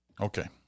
Okay